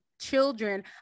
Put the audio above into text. children